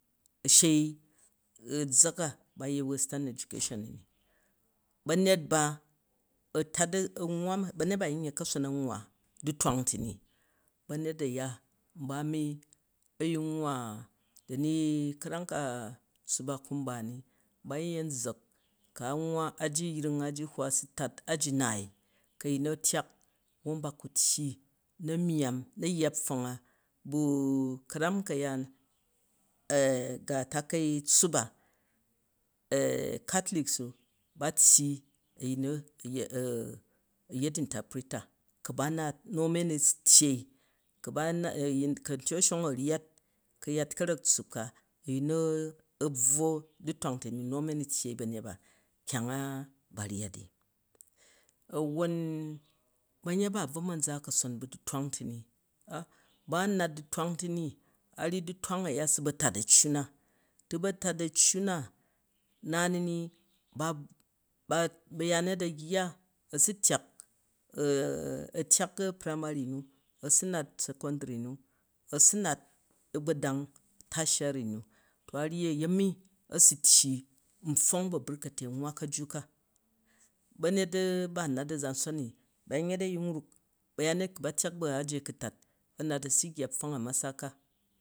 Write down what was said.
A shei zza̱k a, ba nyen western education u ni, ba̱nyet ba, ba̱nyet ba a̱yin yet ka̱son a wwa du̱thwang ti ni, ba̱nyet uya n ba anyin wwa da̱ ni ka̱ram ka tssup a, kun ba ni, a yin yen zza̱k ku̱ an wwa aji, aji hwa su̱ tat a̱ji naai, ku ayin nu a̱ tyak, ba ku tyayi, na̱ myya na yya pfong a, bu u, keram ka̱yaan ah ga takai tssup a katolic u, ba tyyi a̱yin nu a yet enterpriter, ku ba nat, nu a̱mi a̱ nu tyyei. Ku amtyok a̱shang u a̱ ryak ka̱yat ka̱bvwa tssup ka, an tyok a̱ bvwa du̱thwang ti ni nu a̱ ni tyyei ba̱ nyet ba kyang a ba ryyat ni awwon banyet ba, a̱ bvo man za̱ ka̱son bu̱ dutwang ti ni. Ba n nat du̱twang ti ni, a̱ ryyi du̱twang uya a̱ su ba tat assu̱na, ti ba tat a̱ssu na, narmi ni bayanyet a̱ yya, a̱ su tyak primary n, a̱tyak secondary nu, a su̱ nat a̱gbodang tatia ry nu to aryuy a̱yemi a sm tyyi npfon ba burkete u̱ nwwa ka̱jju ka. Ba̱nyet ba a nat a̱zanson ni, ba̱yanyet ba tyak bu aji a̱ku̱tat a̱ nat asu̱ yya pfon a masaka.